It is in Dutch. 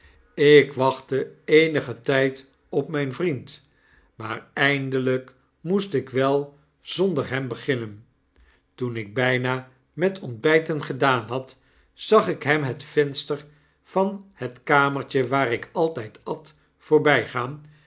ik wachtte eenigen tyd op mijn vriend maar eindelijk moest ik wel zonder hem beginnen toen ik byna met ontbyten gedaan had zag ik hem het venster van het kamertje waar ik altyd at voorbygaan